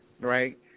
right